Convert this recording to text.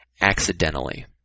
accidentally